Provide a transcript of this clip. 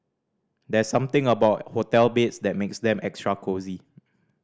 there's something about hotel beds that makes them extra cosy